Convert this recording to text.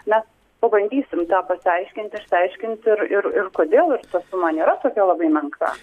mes pabandysim pasiaiškinti išsiaiškinti ir ir ir kodėl ir ta suma nėra tokia labai menka